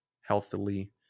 healthily